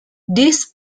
this